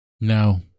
No